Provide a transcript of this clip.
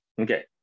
Okay